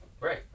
Right